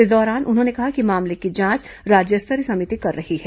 इस दौरान उन्होंने कहा कि मामले की जांच राज्य स्तरीय समिति कर रही है